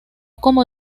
como